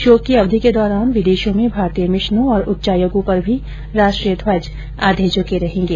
शोक की अवधि के दौरान विदेशों में भारतीय मिशनों और उच्चायोगों पर भी राष्ट्रीय ध्वज आधे झुके रहेंगे